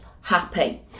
happy